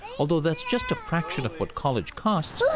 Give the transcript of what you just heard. although that's just a fraction of what college costs,